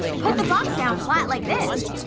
put the box down flat like this.